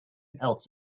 elks